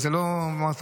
כמו שאמרת,